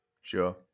Sure